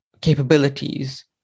capabilities